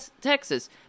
Texas